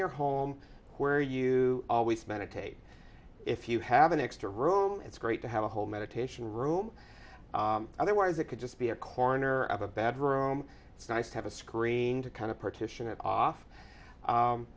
your home where you always meditate if you have an extra room it's great to have a whole meditation room otherwise it could just be a corner of a bedroom it's nice to have a screen to kind of partition it off